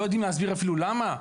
לא יודעים להסביר אפילו למה?